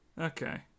Okay